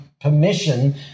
permission